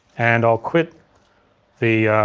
and i'll quit the